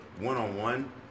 one-on-one